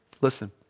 Listen